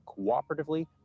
cooperatively